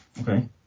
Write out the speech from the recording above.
Okay